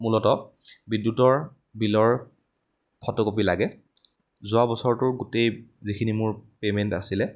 মূলতঃ বিদ্যুতৰ বিলৰ ফটোকপী লাগে যোৱা বছৰটোৰ গোটেই যিখিনি মোৰ পে'মেণ্ট আছিলে